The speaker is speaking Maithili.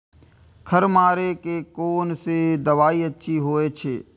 खर मारे के कोन से दवाई अच्छा होय छे?